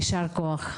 יישר כח.